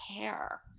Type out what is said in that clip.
care